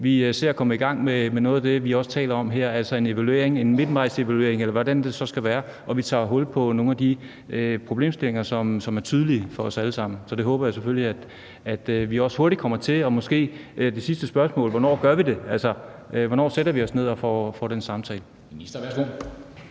se at komme i gang med noget af det, vi også taler om her, altså en midtvejsevaluering, eller hvordan det så skal være, og at vi tager hul på nogle af de problemstillinger, som er tydelige for os alle sammen. Så det håber jeg selvfølgelig at vi også hurtigt kommer til. Og det sidste spørgsmål er: Hvornår gør vi det? Hvornår sætter vi os ned og får den samtale?